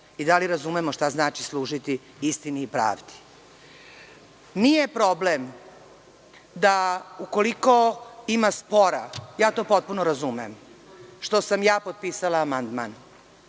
i da li razumemo šta znači služiti istini i pravdi? Nije problem, ukoliko ima spora, ja to potpuno razumem, što sam ja potpisala amandman,